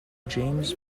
james